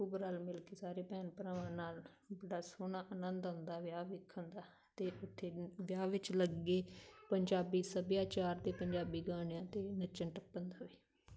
ਖੂਬ ਰਲ ਮਿਲ ਕੇ ਸਾਰੇ ਭੈਣ ਭਰਾਵਾਂ ਨਾਲ ਬੜਾ ਸੋਹਣਾ ਆਨੰਦ ਆਉਂਦਾ ਵਿਆਹ ਵੇਖਣ ਦਾ ਅਤੇ ਉੱਥੇ ਵਿਆਹ ਵਿੱਚ ਲੱਗੇ ਪੰਜਾਬੀ ਸੱਭਿਆਚਾਰ ਅਤੇ ਪੰਜਾਬੀ ਗਾਣਿਆ 'ਤੇ ਨੱਚਣ ਟੱਪਣ ਦਾ ਵੀ